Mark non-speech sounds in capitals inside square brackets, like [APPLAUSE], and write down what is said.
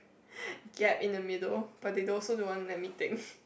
[LAUGHS] gap in the middle but they also don't want let me take